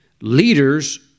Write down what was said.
leaders